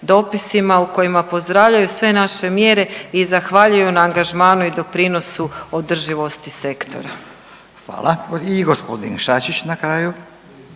dopisima u kojima pozdravljaju sve naše mjere i zahvaljuju na angažmanu i doprinosu održivosti sektora. **Radin, Furio